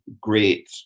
great